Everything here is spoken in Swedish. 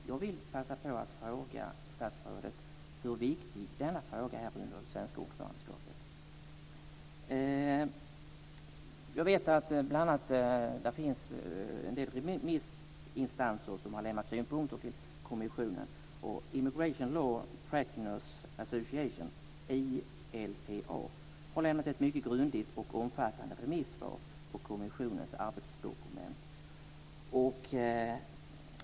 Jag vill passa på att fråga statsrådet hur viktig denna fråga är under den svenska ordförandeperioden. Jag vet att det bl.a. finns en del remissinstanser som har lämnat synpunkter till kommissionen. Immigration Law Practitioners Association, ILPA, har lämnat ett mycket grundligt och omfattande remissvar på kommissionens arbetsdokument.